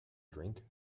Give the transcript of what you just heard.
drink